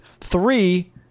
Three